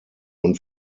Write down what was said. und